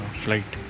flight